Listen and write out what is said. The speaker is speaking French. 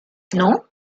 non